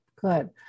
Good